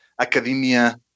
academia